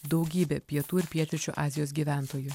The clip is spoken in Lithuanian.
daugybė pietų ir pietryčių azijos gyventojų